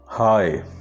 Hi